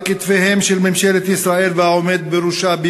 כתפיהם של ממשלת ישראל והעומד בראשה,